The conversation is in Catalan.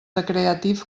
creative